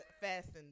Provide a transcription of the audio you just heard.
fastened